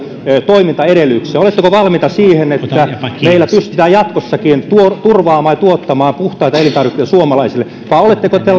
toimintaedellytyksiä oletteko valmiita siihen että meillä pystytään jatkossakin turvaamaan ja tuottamaan puhtaita elintarvikkeita suomalaisille vai oletteko